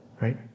right